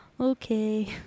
okay